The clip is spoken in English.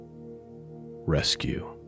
rescue